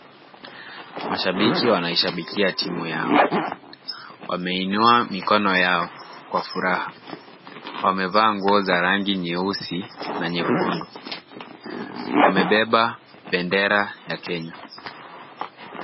Mashabiki wanaishabikia timu yao, wameinua mikono yao kwa furaha. Wamevaa nguo za rangi nyeusi na nyekundu. Wamebeba bendera ya Kenya.